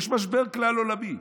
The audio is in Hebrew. יש משבר כלל-עולמי.